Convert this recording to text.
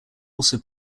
also